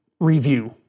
review